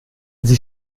sie